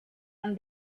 and